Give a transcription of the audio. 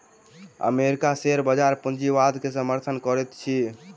अमेरिकी शेयर बजार पूंजीवाद के समर्थन करैत अछि